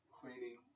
cleaning